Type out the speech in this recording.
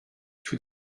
tout